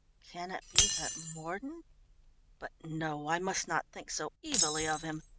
can it be that mordon but no, i must not think so evilly of him.